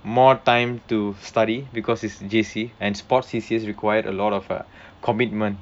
more time to study because it's J_C and sports C_C_A required a lot of uh commitment